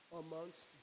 amongst